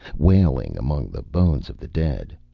wailing among the bones of the dead.